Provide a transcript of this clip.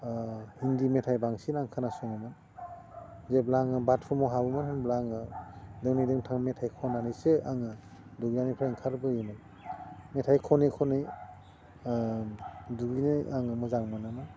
हिन्दी मेथाइ बांसिन आं खोनासङोमोन जेब्ला आङो बाटरुमाव हाबोमोन होमब्ला आङो दोंनै दोंथाम मेथाइ खनानैसो आङो दुगैनायनिफ्राय ओंखारबोयोमोन मेथाइ खनै खनै दुगैनाय आङो मोजां मोनोमोन